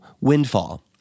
Windfall